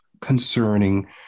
concerning